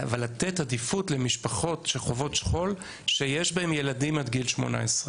אבל לתת עדיפות למשפחות שחוות שכול שיש בהן ילדים עד גיל 18,